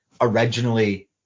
originally